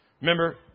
Remember